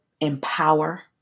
empower